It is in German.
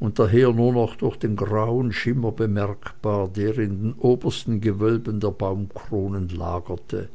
uns daher nur noch durch den grauen schimmer bemerkbar der in den obersten gewölben der baumkronen lagerte